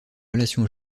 relation